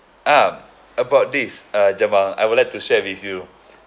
ah about this uh jamal I would like to share with you